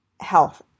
health